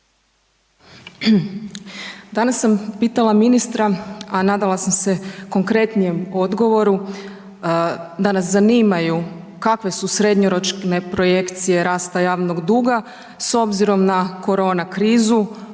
Danas sam pitala ministra, a nadala sam se konkretnijem odgovoru da nas zanimaju kakve su srednjoročne projekcije rasta javnog duga s obzirom na korona krizu,